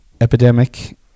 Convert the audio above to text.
epidemic